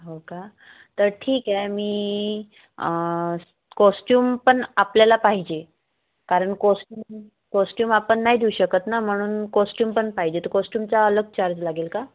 हो का तर ठीक आहे मी कॉस्च्युम पण आपल्याला पाहिजे कारण कॉस्ट्यूम कॉस्च्युम आपण नाही देऊ शकत ना म्हणून कॉस्च्युम पण पाहिजे तर कॉस्ट्युमचा अलग चार्ज लागेल का